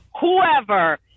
whoever